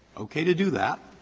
okay to do that.